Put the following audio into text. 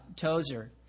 Tozer